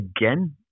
again